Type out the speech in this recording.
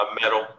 Metal